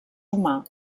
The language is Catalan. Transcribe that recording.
humà